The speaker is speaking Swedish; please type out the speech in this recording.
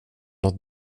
något